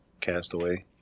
Castaway